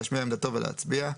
להשמיע עמדתו ולהצביע.